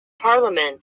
parliament